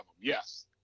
Yes